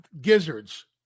gizzards